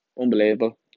unbelievable